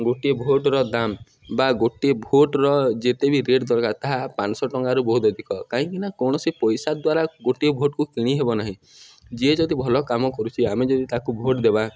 ଗୋଟିଏ ଭୋଟର ଦାମ ବା ଗୋଟିଏ ଭୋଟର ଯେତେ ବି ରେଟ୍ ଦରକାର ତାହା ପାଁଶହ ଟଙ୍କାରୁ ବହୁତ ଅଧିକ କାହିଁକି ନା କୌଣସି ପଇସା ଦ୍ୱାରା ଗୋଟିଏ ଭୋଟକୁ କିଣି ହେବ ନାହିଁ ଯିଏ ଯଦି ଭଲ କାମ କରୁଛି ଆମେ ଯଦି ତାକୁ ଭୋଟ ଦେବା